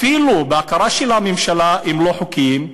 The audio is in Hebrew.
אפילו בהכרה של הממשלה לא חוקיים,